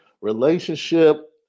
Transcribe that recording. relationship